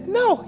no